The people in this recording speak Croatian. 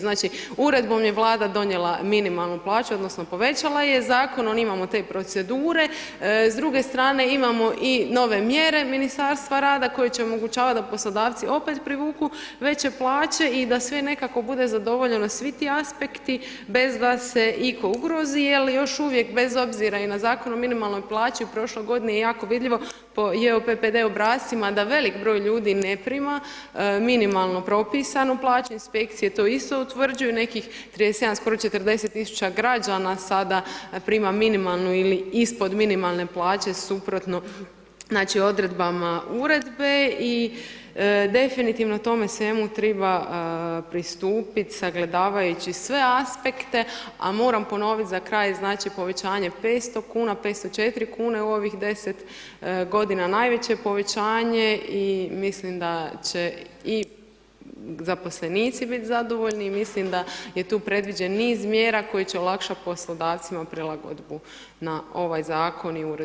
Znači uredbom je Vlada donijela minimalnu plaću, odnosno povećala je, zakonom imamo te procedure, s druge strane imamo i nove mjere Ministarstva rada koje će omogućavati da poslodavci opet privuku veće plaće i da sve nekako bude zadovoljeno, svi ti aspekti, bez da se itko ugrozi jer još uvijek, bez obzira i na Zakon o minimalnoj plaći, u prošloj godini je jako vidljivo po JPPD obrascima da veliki broj ljudi ne prima minimalno propisanu plaću, inspekcije to isto utvrđuju, nekih 37, skoro 40 000 građana sada prima minimalnu ili ispod minimalne plaće suprotno odredbama uredbe i definitivno tome svemu treba pristupu sagledavajući sve aspekte a moram ponoviti za kraj, znači povećanje 500 kuna, 504 kune u ovim 10 g. najveće je povećanje i mislim da će i zaposlenici bit zadovoljni i mislim da je tu predviđeno niz mjera koje će olakšati poslodavcima prilagodbu na ovaj zakon i uredbu Vlade.